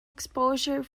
exposure